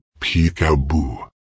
Peekaboo